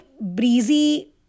breezy